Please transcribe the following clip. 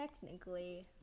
technically